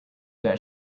that